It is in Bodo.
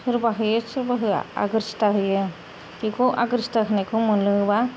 सोरबा होयो सोरबा होआ आगोरसिथा होयो बेखौ आगोरसिथा होनायखौ मोनलोङोब्ला